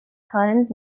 current